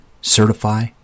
certify